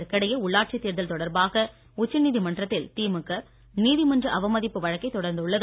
இதற்கிடையே தேர்தல் தொடர்பாக உச்சநீதிமன்றத்தில் திமுக நீதிமன்ற அவமதிப்பு வழக்கை தொடர்ந்துள்ளது